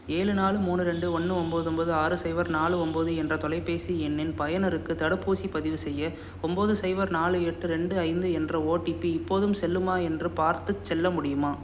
ஏழு நாலு மூணு ரெண்டு ஒன்று ஒம்போது ஒம்போது ஆறு ஸைபர் நாலு ஒம்போது என்ற தொலைபேசி எண்ணின் பயனருக்கு தடுப்பூசி பதிவுசெய்ய ஒம்போது ஸைபர் நாலு எட்டு ரெண்டு ஐந்து என்ற ஓடிபி இப்போதும் செல்லுமா என்று பார்த்துச் சொல்ல முடியுமா